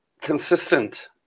consistent